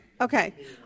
okay